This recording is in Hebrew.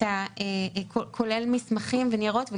כולל מסמכים וניירות,